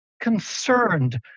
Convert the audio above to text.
concerned